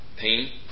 pain